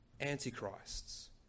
Antichrists